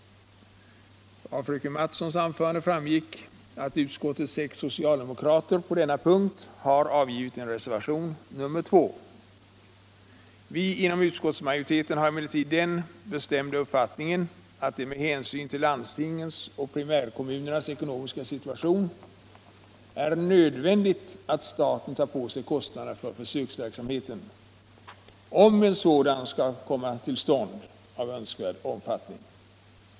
Av fröken Mattsons anförande framgick att utskottets sex — Fyleristraffets socialdemokrater på denna punkt har avgivit en reservation. Utskotts — avskaffande, m.m. majoriteten har emellertid den bestämda uppfattningen att det med hänsyn till landstingens och primärkommunernas ekonomiska situation är nödvändigt att staten tar på sig kostnaderna för försöksverksamheten om en sådan skall kunna komma till stånd i önskad omfattning.